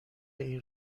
این